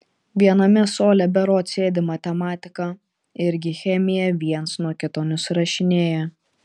viename suole berods sėdi matematiką irgi chemiją viens nuo kito nusirašinėja